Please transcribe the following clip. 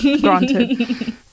granted